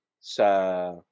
sa